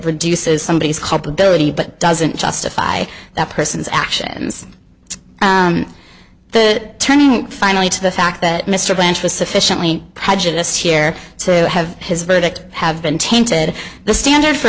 reduces somebody's culpability but doesn't justify that person's actions the turning finally to the fact that mr bench was sufficiently prejudiced here to have his verdict have been tainted the standard for